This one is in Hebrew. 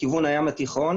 לכיוון הים התיכון,